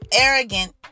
arrogant